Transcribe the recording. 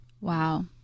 wow